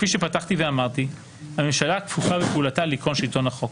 כפי שפתחתי ואמרתי, הממשלה כפופה בפעולתה לעקרון שלטון החוק.